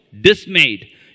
dismayed